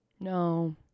No